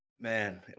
Man